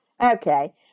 Okay